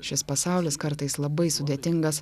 šis pasaulis kartais labai sudėtingas